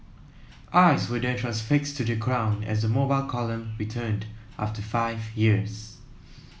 eyes were then transfixed to the ground as the Mobile Column returned after five years